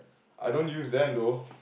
I don't use them though